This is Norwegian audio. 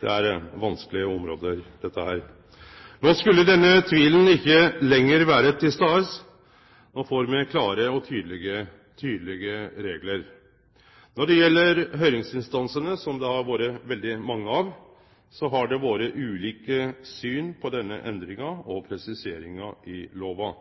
er vanskelege område. No skulle denne tvilen ikkje lenger vere til stades. No får me klare og tydelege reglar. Når det gjeld høyringsinstansane, som det har vore veldig mange av, har det vore ulike syn på denne endringa og presiseringa i lova.